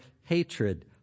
hatred